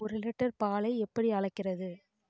ஒரு லிட்டர் பாலை எப்படி அளக்கிறது